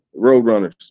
roadrunners